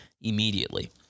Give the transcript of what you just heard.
immediately